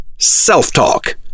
Self-talk